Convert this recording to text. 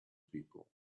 people